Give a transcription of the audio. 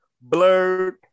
Blurred